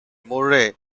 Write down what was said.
murray